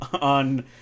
on